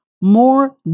more